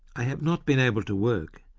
i have not been able to work,